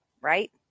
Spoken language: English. right